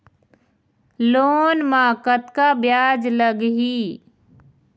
Loan म कतका ब्याज लगही?